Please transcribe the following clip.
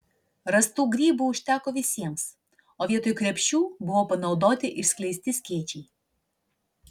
rastų grybų užteko visiems o vietoj krepšių buvo panaudoti išskleisti skėčiai